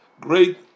great